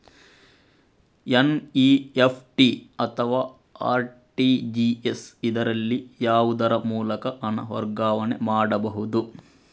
NEFT ಅಥವಾ RTGS, ಇದರಲ್ಲಿ ಯಾವುದರ ಮೂಲಕ ಹಣ ವರ್ಗಾವಣೆ ಮಾಡಬಹುದು?